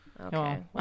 Okay